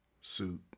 suit